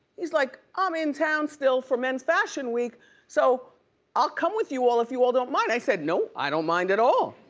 he's like i'm in town still for men's fashion week so i'll come with you all if you all don't mind. i said, no, i don't mind at all.